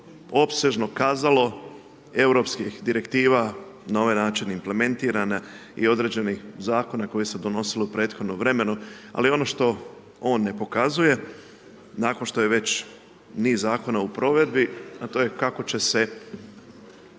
opsežno kazalo europskih direktiva na ovaj način implementiranih i određenih zakona koji se donosilo u prethodnom vremenu, ali ono što on ne pokazuje, nakon što je već niz zakona u provedbi, a to je kako će se